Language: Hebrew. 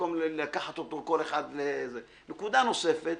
במקום לקחת אותו כל אחד --- נקודה נוספת,